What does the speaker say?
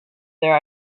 their